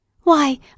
Why